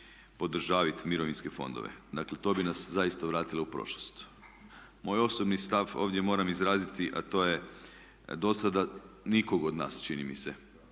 podržavati mirovinske fondove. Dakle, to bi nas zaista vratilo u prošlost. Moj osobni stav ovdje moram izraziti, a to je do sada nikog od nas čini mi se,